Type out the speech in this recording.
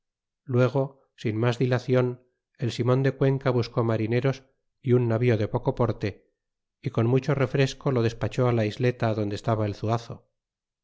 luego sin mas dilacion el simon de cuenca buscó marineros é un navío de poco porte y con mucho refresco lo despachó la isleta adonde estaba el zuazo